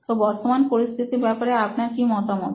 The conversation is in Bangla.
তো বর্তমান পরিস্থিতির ব্যাপারে আপনার কি মতামত